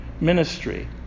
ministry